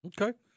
Okay